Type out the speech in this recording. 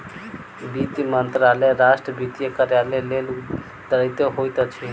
वित्त मंत्रालय राष्ट्र वित्त कार्यक लेल उत्तरदायी होइत अछि